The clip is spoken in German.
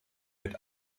mit